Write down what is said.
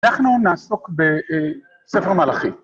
אנחנו נעסוק בספר מלאכי.